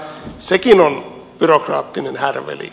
sekin on byrokraattinen härveli